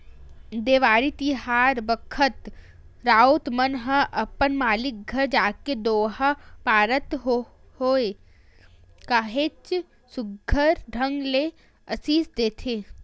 देवारी तिहार बखत राउत मन ह अपन मालिक घर जाके दोहा पारत होय काहेच सुग्घर ढंग ले असीस देथे